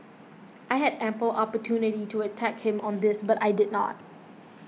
I had ample opportunity to attack him on this but I did not